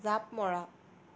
জাঁপ মৰা